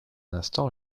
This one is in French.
instant